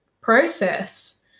process